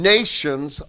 Nations